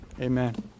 Amen